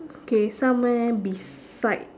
it's okay somewhere beside